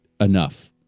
enough